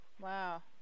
Wow